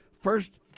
First